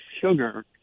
sugar